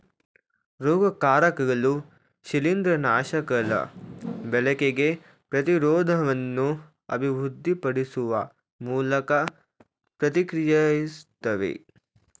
ರೋಗಕಾರಕಗಳು ಶಿಲೀಂದ್ರನಾಶಕಗಳ ಬಳಕೆಗೆ ಪ್ರತಿರೋಧವನ್ನು ಅಭಿವೃದ್ಧಿಪಡಿಸುವ ಮೂಲಕ ಪ್ರತಿಕ್ರಿಯಿಸ್ತವೆ